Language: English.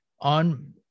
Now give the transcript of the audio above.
on